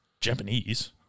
Japanese